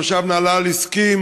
ומושב נהלל הסכים